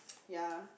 ya